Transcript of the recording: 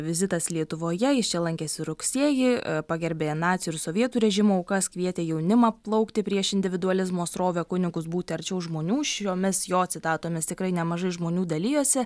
vizitas lietuvoje jis čia lankėsi rugsėjį pagerbė nacių ir sovietų režimų aukas kvietė jaunimą plaukti prieš individualizmo srovę kunigus būti arčiau žmonių šiomis jo citatomis tikrai nemažai žmonių dalijosi